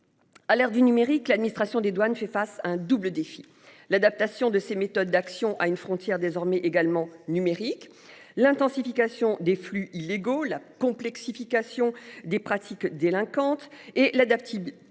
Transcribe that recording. À l'ère du numérique, l'administration des douanes j'efface un double défi. L'adaptation de ses méthodes d'action a une frontière désormais également numériques. L'intensification des flux illégaux la complexification des pratiques délinquantes et l'. Stabilité